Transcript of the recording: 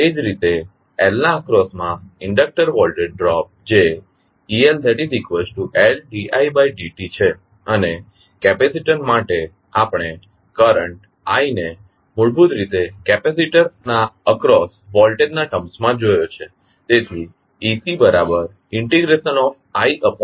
એ જ રીતે Lના અક્રોસમા ઇન્ડક્ટર વોલ્ટેજ ડ્રોપ જે eLtLd id t છે અને કેપેસિટર માટે આપણે કરંટ i ને મૂળભૂત રીતે કેપેસિટરના અક્રોસ વોલ્ટેજ ના ટર્મ્સ માં જોયો છે તેથી ectiCdt